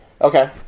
Okay